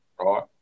right